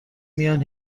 میان